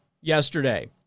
yesterday